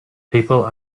people